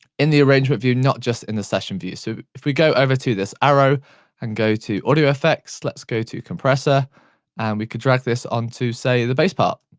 in the arrangement view, not just in the session view. so if we go over to this arrow and go to audio effects. let's go to compressor and we can drag this onto say, the base part.